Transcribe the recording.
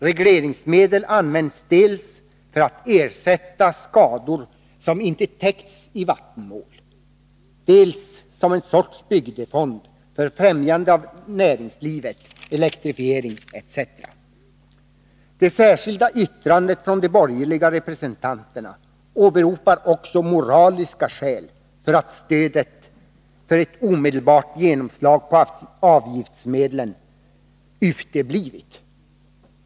Regleringsmedel används dels för att ersätta skador som inte täckts i vattenmål, dels som en sorts bygdefond, för främjande av näringslivet, elektrifiering etc. Det särskilda yttrandet från de borgerliga representanterna åberopar också moraliska skäl för att stödet för ett omedelbart genomslag på avgiftsmedelsbeslutet uteblivit.